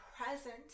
present